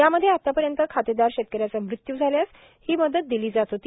यामध्ये आतापर्यंत खातेदार शेतकऱ्याचा मृत्यू झाल्यास ही मदत दिली जात होती